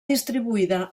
distribuïda